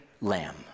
lamb